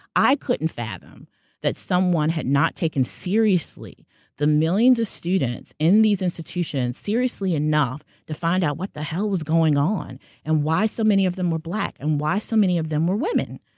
i couldn't fathom that someone had not taken seriously the millions of students in these institutions, seriously enough to find out what the hell was going on and why so many of them were black, and why so many of them were women.